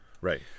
Right